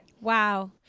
Wow